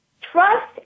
trust